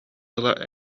ыла